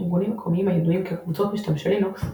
ארגונים מקומיים הידועים כ"קבוצות משתמשי לינוקס"